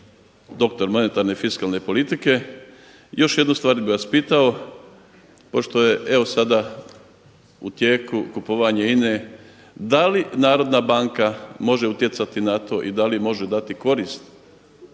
doktor monetarne fiskalne politike? I još jednu stvar bi vas pitao, pošto je evo sada u tijeku kupovanje INA-e, da li Narodna banka može utjecati na to i da li može dati korist